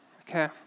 Okay